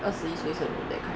二十一岁生日 that kind